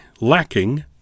lacking